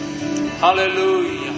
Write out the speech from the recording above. Hallelujah